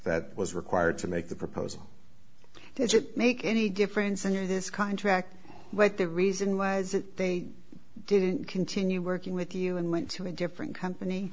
that was required to make the proposal does it make any difference in this contract what the reason was that they didn't continue working with you and went to a different company